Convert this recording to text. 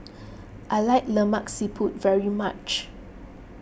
I like Lemak Siput very much